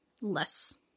less